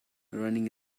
running